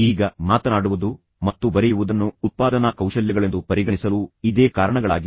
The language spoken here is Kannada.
ಈಗ ಮಾತನಾಡುವುದು ಮತ್ತು ಬರೆಯುವುದನ್ನು ಉತ್ಪಾದನಾ ಕೌಶಲ್ಯಗಳೆಂದು ಪರಿಗಣಿಸಲು ಇದೇ ಕಾರಣಗಳಾಗಿವೆ